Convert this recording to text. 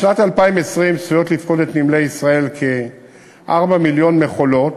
בשנת 2020 צפויות לפקוד את נמלי ישראל כ-4 מיליון מכולות,